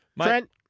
Trent